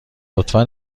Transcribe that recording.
لطفا